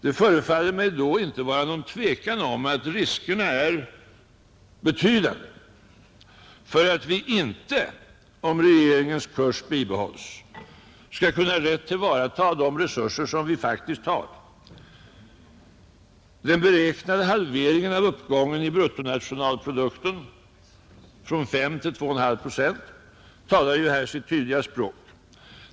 Det förefaller mig då inte vara någon tvekan om att riskerna är betydande för att vi inte, om regeringens kurs bibehålles, skall kunna rätt tillvarata de resurser som vi faktiskt har. Den beräknade halveringen av uppgången i bruttonationalprodukten — från 5 till 2,5 procent — talar ju här sitt tydliga språk.